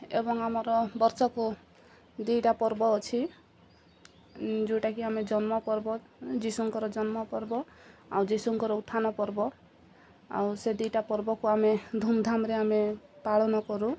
ଏବଂ ଆମର ବର୍ଷକୁ ଦୁଇଟା ପର୍ବ ଅଛି ଯେଉଁଟାକି ଆମେ ଜନ୍ମ ପର୍ବ ଯୀଶୁଙ୍କର ଜନ୍ମ ପର୍ବ ଆଉ ଯୀଶୁଙ୍କର ଉତ୍ଥାନ ପର୍ବ ଆଉ ସେ ଦୁଇଟା ପର୍ବକୁ ଆମେ ଧୁମଧାମରେ ଆମେ ପାଳନ କରୁ